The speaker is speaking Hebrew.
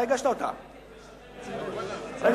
אתה הגשת או דוד רותם?